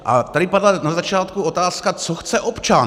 A tady padla na začátku otázka, co chce občan.